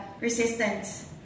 resistance